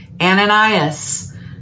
Ananias